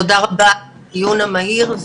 תודה רבה על הדיון המהיר.